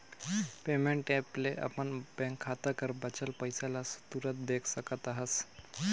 payment app ले अपन bank खाता कर बांचल पइसा ल तुरते देख सकत अहस